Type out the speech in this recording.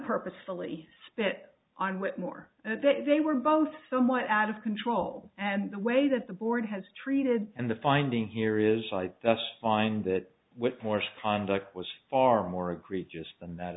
purposefully spit on whitmore that they were both somewhat out of control and the way that the board has treated and the finding here is like that's fine that whitmarsh conduct was far more egregious than that